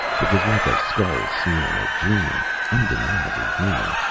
it was like a skull seen in a dream, undeniably human,